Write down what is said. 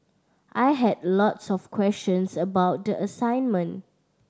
I had a lots of questions about the assignment